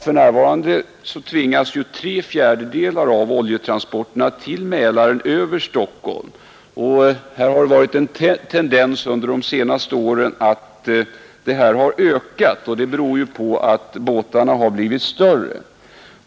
För närvarande tvingas tre fjärdedelar av oljetransporterna till Mälaren gå över Stockholm. Den här omlastningen har under de senaste åren visat stark tendens att öka, och det beror på att båtarna har blivit större.